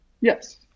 Yes